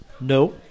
No